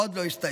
עוד לא הסתיים.